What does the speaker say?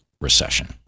recession